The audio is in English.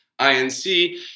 INC